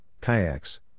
kayaks